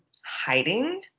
hiding